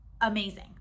amazing